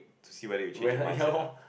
to see whether you change your mindset lah